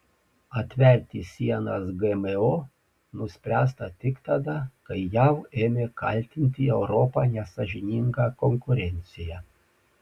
atverti sienas gmo nuspręsta tik tada kai jav ėmė kaltinti europą nesąžininga konkurencija